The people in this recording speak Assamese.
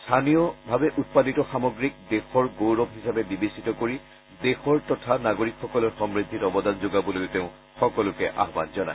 স্থানীয় উৎপাদিত সামগ্ৰীক দেশৰ গৌৰৱ হিচাপে বিবেচিত কৰি দেশৰ তথা নাগৰিকসকলৰ সম্ধিত অৱদান যোগাবলৈও তেওঁ সকলোকে আহ্বান জনায়